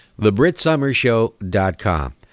thebritsummershow.com